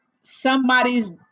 somebody's